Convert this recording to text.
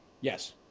yes